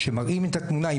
שמראים את התמונה.